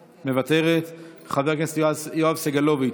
מוותרת, חבר הכנסת יואב סגלוביץ'